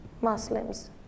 Muslims